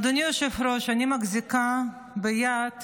אדוני היושב-ראש, אני מחזיקה ביד רשימות,